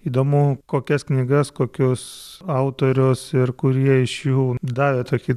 įdomu kokias knygas kokius autorius ir kurie iš jų davė tokį